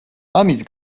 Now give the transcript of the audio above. ამის